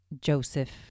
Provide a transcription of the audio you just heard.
Joseph